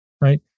right